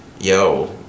yo